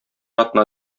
атна